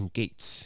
gates